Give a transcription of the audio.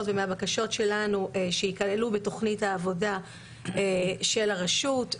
ומהבקשות שלנו שייכללו בתוכנית העבודה של הרשות,